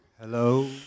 Hello